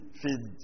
feed